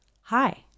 Hi